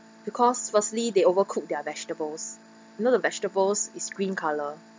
because firstly they overcook their vegetables know the vegetables is green colour